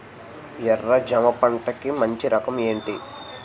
ఎర్ర జమ పంట కి మంచి రకం ఏంటి?